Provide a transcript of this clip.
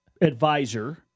advisor